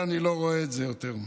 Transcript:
אני לא רואה את זה יותר.